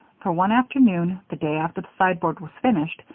for one afternoon, the day after the sideboard was finished,